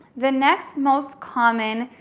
the next most common